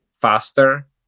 faster